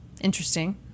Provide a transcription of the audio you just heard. Interesting